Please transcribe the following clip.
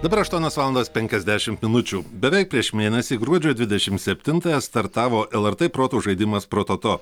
dabar aštuonios valandos penkiasdešimt minučių beveik prieš mėnesį gruodžio dvidešim septintąją startavo lrt protų žaidimas prototo